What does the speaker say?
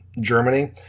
Germany